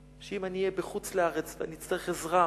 שאם אני אהיה בחוץ-לארץ ואני אצטרך עזרה,